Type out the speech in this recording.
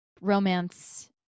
romance